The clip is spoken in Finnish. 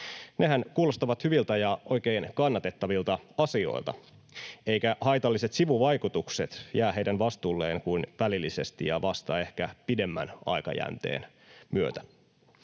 Nehän kuulostavat hyviltä ja oikein kannatettavilta asioilta, eivätkä haitalliset sivuvaikutukset jää heidän vastuulleen kuin välillisesti ja vasta ehkä pidemmän aikajänteen myötä.